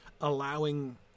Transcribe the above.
allowing